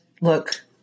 look